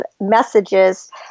messages